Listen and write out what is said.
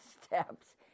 steps